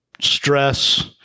stress